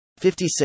56